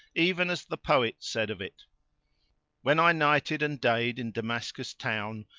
even as the poet said of it when i nighted and dayed in damascus town,